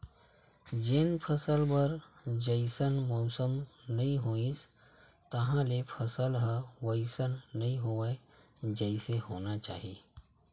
जेन फसल बर जइसन मउसम नइ होइस तहाँले फसल ह वइसन नइ होवय जइसे होना चाही